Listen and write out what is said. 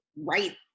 right